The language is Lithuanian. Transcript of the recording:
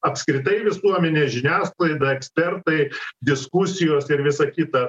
apskritai visuomenė žiniasklaida ekspertai diskusijos ir visa kita